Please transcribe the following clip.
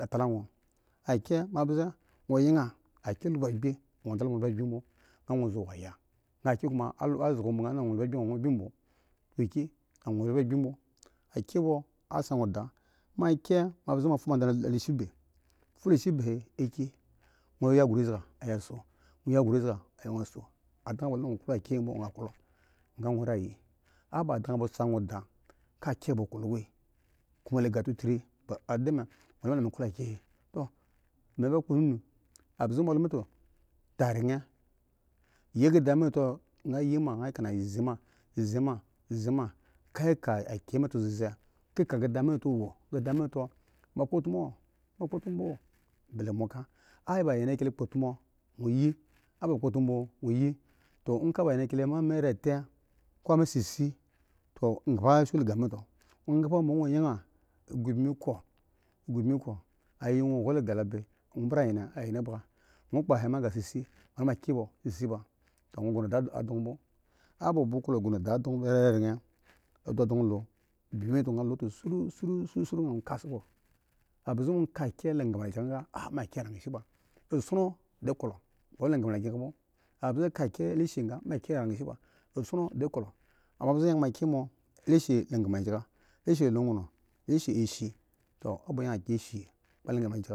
nwo yan kye ga mo luzo bmo date mo sa nwo ada mo anyen kyile be zo he ma klo mo anyenkyile gra ren ko nwo lub agbbi bwo ko lab agbi gbo bo mo ka taren a he to bo nwo yan ba keda ba anynkyle lub agbi mi a kye ba yga mi kpo kidihe ayi da nwo yana ba adan bmo mu da wa yang bmo wo yang abze bmo nwo kye ba keda gaakye sisi nga loon he to nwo ba kpo noo nwo ba tkye le wo ba kpa lenon nwo tku gbo bmo nwo riga shi yan ba kega ko a dang bmo mi da nwo yang bmo nwo yang ba ga mi kye sisi mi kye bmo ghon do bmo ayi sa di ghon do bmo nwo yang ba keda ga lomi nwo wo la amgba ma amgba mi he a kpo ki sa ada kpo engla nwo kpo engla ko ga ko otomo nwo huni otomo ko ga kso akye awo fu a nwo da keda ma bo nwo ga engla bo nwo klo kye nga nmo yangakye ko ga nwo lub agbe gbo lo akye lub agbe gbo bo adi lub agbi gbo bo anwo lub andan bo sa adami da nwo yang kye do wo lub agbe nwo kye ko ga a fa agbe du kpa la kye bo mi lub lub agbe mi nmo kana lishin bogola kye bo to obiya kesi.